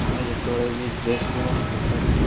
ଆମେ ଯେତେବେଳେ ବି ଡ୍ରେସ କିଣୁ ଫ୍ଲିପକାର୍ଟ